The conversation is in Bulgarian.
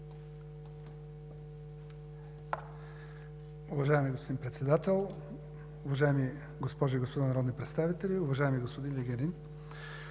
Уважаеми господин Председател, уважаеми госпожи и господа народни представители! Уважаеми господин Ченчев,